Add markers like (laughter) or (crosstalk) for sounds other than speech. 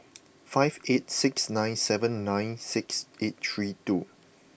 (noise) five eight six nine seven nine six eight three two